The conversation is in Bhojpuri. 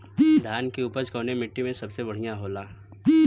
धान की उपज कवने मिट्टी में सबसे बढ़ियां होखेला?